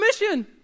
mission